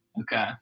Okay